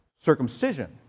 circumcision